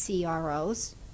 CROs